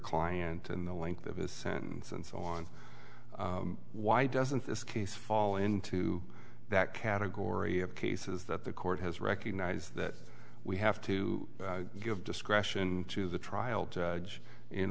client and the length of his sentence and so on why doesn't this case fall into that category of cases that the court has recognized that we have to give discretion to the trial judge in